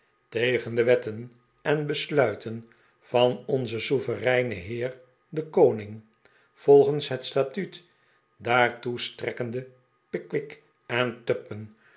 tegen de wetten en besluiten van onzen souvereinen heer den koning volgens het statuut daartoe strekkende pickwick en tupman